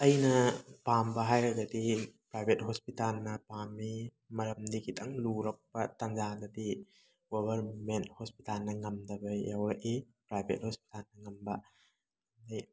ꯑꯩꯅ ꯄꯥꯝꯕ ꯍꯥꯏꯔꯒꯗꯤ ꯄ꯭ꯔꯥꯏꯕꯦꯠ ꯍꯣꯁꯄꯤꯇꯥꯟꯅ ꯄꯥꯝꯃꯤ ꯃꯔꯝꯗꯤ ꯈꯤꯇꯪ ꯂꯨꯔꯛꯄ ꯇꯥꯟꯖꯥꯗꯗꯤ ꯒꯣꯕꯔꯃꯦꯟ ꯍꯣꯁꯄꯤꯇꯥꯟꯅ ꯉꯝꯗꯕ ꯌꯥꯎꯔꯛꯏ ꯄ꯭ꯔꯥꯏꯕꯦꯠ ꯍꯣꯁꯄꯤꯇꯥꯟꯅ ꯉꯝꯕ ꯑꯗꯩ